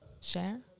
share